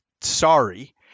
Sorry